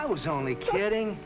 i was only kidding